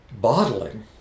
bottling